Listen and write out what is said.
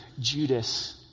Judas